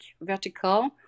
vertical